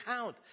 count